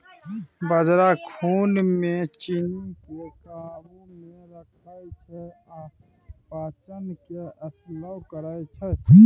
बजरा खुन मे चीन्नीकेँ काबू मे रखै छै आ पाचन केँ स्लो करय छै